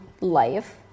life